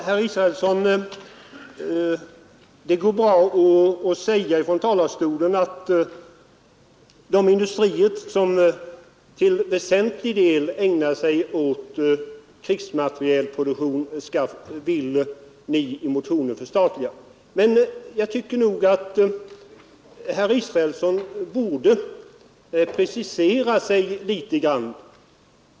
Herr talman! Det går bra att som herr Israelsson säga ifrån talarstolen Fredagen den att de industrier som i väsentlig del ägnar sig åt krigsmaterielproduktion 17 december 1971 skall förstatligas. Men jag tycker nog att herr Israelsson borde precisera fr sig litet.